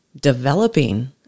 developing